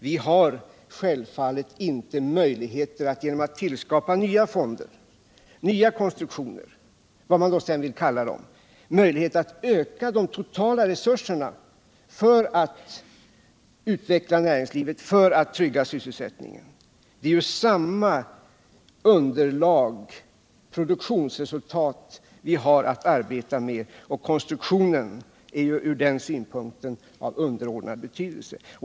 Vi kan självfallet inte genom att skapa nya fonder och nya konstruktioner — vad man än vill kalla dessa — öka de totala resurserna för att utveckla näringslivet och trygga sysselsättningen. Vi har ju ändå samma produktionsresultat att arbeta med - konstruktionen är från den synpukten av underordnad betydelse.